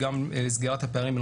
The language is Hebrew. סגירת הפערים.